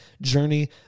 journey